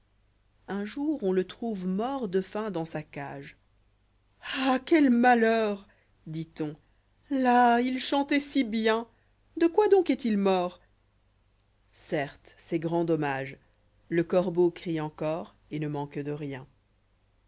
n jour on le trouva mort de faim dans sa cage ah quel malheur i dit on las il chantait sï kep de quoi donc est ilmori certes c'est grand'dommage le corbeau crie encore et në manque de rien